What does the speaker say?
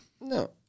No